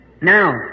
Now